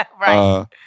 Right